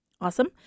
Awesome